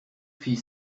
fit